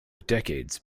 decades